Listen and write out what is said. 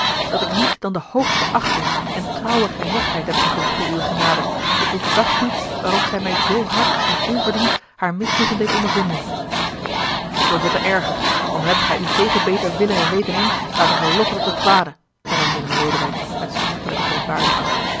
dat ik niet dan de hoogste achting en trouwe gehechtheid heb gevoeld voor uwe genade tot op den dag toe waarop zij mij zoo hard en onverdiend haar misnoegen deed ondervinden zooveel te erger want dan hebt gij u tegen beter willen en weten in laten verlokken tot het kwade hernam willem lodewijk met smartelijke verontwaardiging